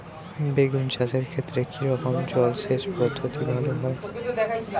বেগুন চাষের ক্ষেত্রে কি রকমের জলসেচ পদ্ধতি ভালো হয়?